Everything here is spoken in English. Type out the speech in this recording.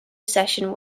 session